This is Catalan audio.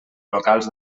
locals